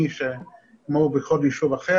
לחזק אותו ולבנות אותו בצורה יותר מקצועית.